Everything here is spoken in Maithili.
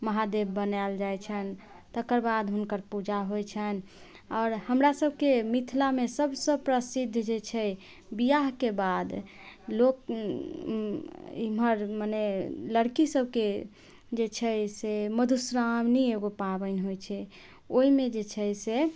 महादेव बनायल जाइ छनि तकरबाद हुनकर पूजा होइ छनि आओर हमरासबके मिथिला मे सबसँ प्रसिद्ध जे छै बियाह के बाद लोक ईमहर मने लड़की सबके जे छै से मधुश्रावणी एगो पाबनि होइ छै ओहिमे जे छै से